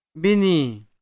Bini